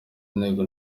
inteko